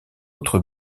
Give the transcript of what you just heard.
autre